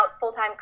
full-time